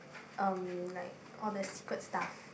um like all the secret stuff